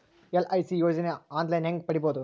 LIC ಯೋಜನೆ online ಹೇಂಗ ಪಡಿಬಹುದು?